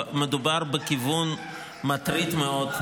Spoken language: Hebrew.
שמדובר בכיוון מטריד מאוד,